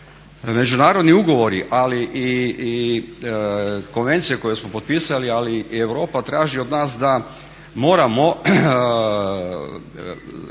međunarodni ugovori, ali i konvencije koje smo potpisali, ali i Europa traži od nas da moramo